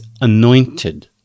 anointed